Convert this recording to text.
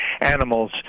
animals